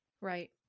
right